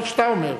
מה שאתה אומר.